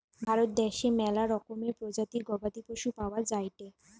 ভারত দ্যাশে ম্যালা রকমের প্রজাতির গবাদি পশু পাওয়া যায়টে